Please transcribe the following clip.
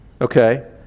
okay